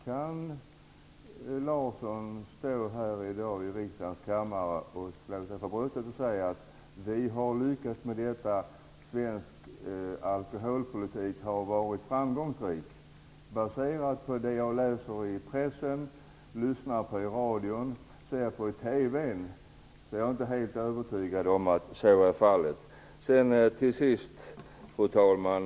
Kan Roland Larsson stå här i riksdagens kammare och slå sig för bröstet och säga att vi har lyckats med detta och att svensk alkoholpolitik har varit framgångsrik? Utifrån vad jag läser i pressen, lyssnar på i radion eller ser på TV är jag inte helt övertygad om att så är fallet. Till sist, fru talman!